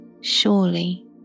Surely